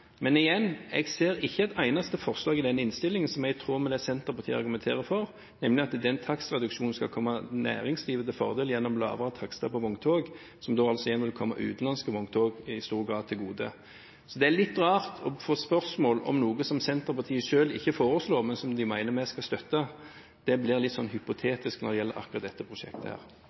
Men igjen: Jeg ser ikke et eneste forslag i denne innstillingen som er i tråd med det Senterpartiet argumenterer for, nemlig at den takstreduksjonen skal komme næringslivet til gode gjennom lavere takster på vogntog, som da altså igjen i stor grad vil komme utenlandske vogntog til gode. Det er litt rart å få spørsmål om noe som Senterpartiet selv ikke foreslår, men som de mener vi skal støtte. Det blir litt